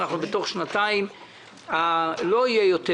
בתוך שנתיים לא יהיה יותר